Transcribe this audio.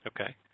Okay